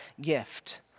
gift